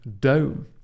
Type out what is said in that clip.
dome